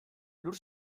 lur